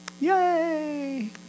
Yay